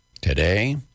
Today